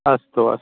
अस्तु अस्तु